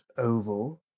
oval